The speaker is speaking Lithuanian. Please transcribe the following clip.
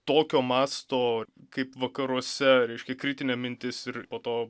tokio masto kaip vakaruose reiškia kritinė mintis ir po to